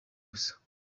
gusa